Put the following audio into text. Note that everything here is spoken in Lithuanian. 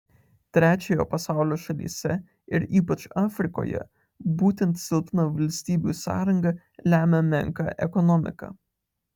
trečiojo pasaulio šalyse ir ypač afrikoje būtent silpna valstybių sąranga lemia menką ekonomiką